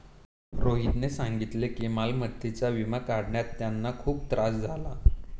मोहितने सांगितले की मालमत्तेचा विमा काढण्यात त्यांना खूप त्रास झाला